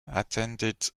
attended